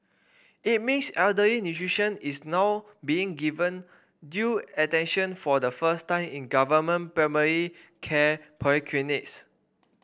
it means elderly nutrition is now being given due attention for the first time in government primary care polyclinics